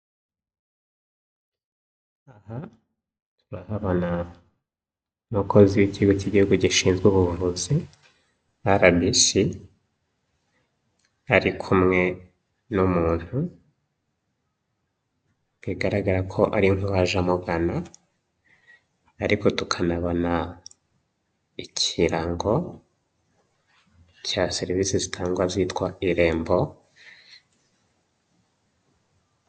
Aha turahabona umukozi w'Ikigo cy'Igihugu gishinzwe ubuvuzi RBC, ari kumwe n'umuntu, bigaragara ko ari nk'uwaje amugana. Ariko tukanabona ikirango cya service zitangwa zitwa Irembo.